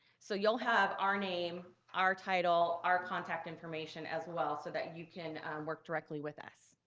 so you'll have our name, our title, our contact information as well so that you can work directly with us.